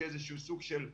כאיזה סוג של מיקרוקוסמוס.